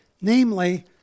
namely